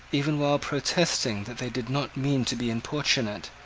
even while protesting that they did not mean to be importunate,